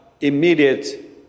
immediate